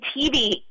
TV